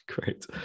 Great